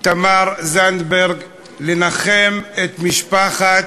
תמר זנדברג לנחם את משפחת,